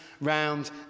round